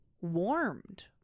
Warmed